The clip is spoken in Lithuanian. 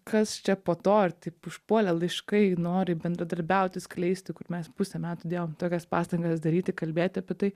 kas čia po to ir taip užpuolė laiškai nori bendradarbiauti skleisti kur mes pusę metų dėjom tokias pastangas daryti kalbėti apie tai